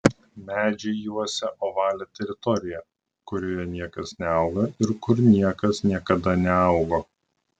medžiai juosia ovalią teritoriją kurioje niekas neauga ir kur niekas niekada neaugo